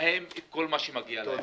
להם את כל מה שמגיע להם.